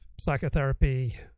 psychotherapy